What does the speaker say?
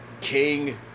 King